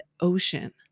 ocean